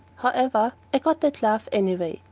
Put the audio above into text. however, i got that laugh anyway,